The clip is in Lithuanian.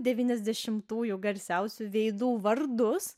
devyniasdešimtųjų garsiausių veidų vardus